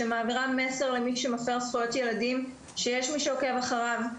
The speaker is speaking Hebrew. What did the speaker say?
אכיפה שמעבירה מסר למי שמפר זכויות ילדים שיש מי שעוקב אחריו.